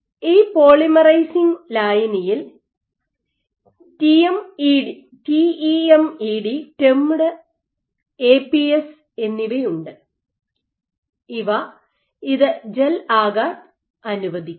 ഈ പോളിമറൈസിംഗ് ലായനിയിൽ T E M E D A P S എന്നിവയുണ്ട് ഇവ ഇത് ജെൽ ആകാൻ അനുവദിക്കുന്നു